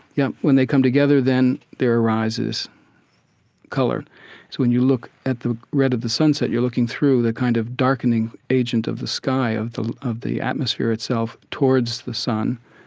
yep. when they come together then there arises color. so when you look at the red of the sunset, you're looking through the kind of darkening agent of the sky, of the of the atmosphere itself, towards the sun,